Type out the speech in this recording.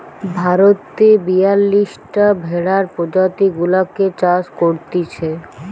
ভারতে বিয়াল্লিশটা ভেড়ার প্রজাতি গুলাকে চাষ করতিছে